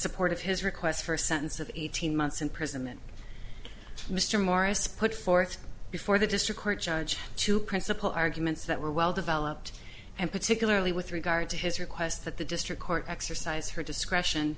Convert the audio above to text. support of his request for a sentence of eighteen months imprisonment mr morris put forth before the district court judge two principal arguments that were well developed and particularly with regard to his request that the district court exercised her discretion